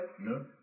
No